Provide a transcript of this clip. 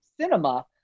cinema